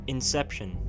Inception